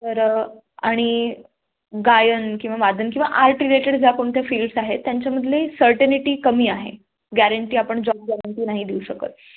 तर आणि गायन किंवा वादन किंवा आर्ट रिलेटेड ज्या कोणत्या फील्ड्स आहेत त्यांच्यामधली सर्टनिटी कमी आहे गॅरंटी आपण जॉब गॅरंटी नाही देऊ शकत